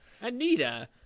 Anita